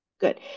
good